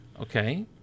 Okay